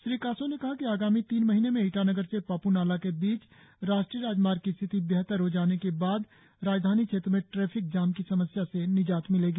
श्री कासो ने कहा कि आगामी तीन महीने में ईटानगर से पाप् नालाह के बीच राष्ट्रीय राजमार्ग की स्थिति बेहतर हो जाने के बाद राजधानी क्षेत्र में ट्रैफिक जाम की समस्या से निजात मिलेगी